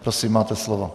Prosím, máte slovo.